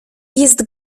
jest